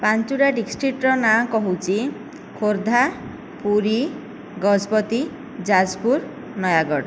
ପାଞ୍ଚଟା ଡିଷ୍ଟ୍ରିକ୍ଟର ନାଁ କହୁଛି ଖୋର୍ଦ୍ଧା ପୁରୀ ଗଜପତି ଯାଜପୁର ନୟାଗଡ଼